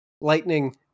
Lightning